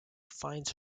finds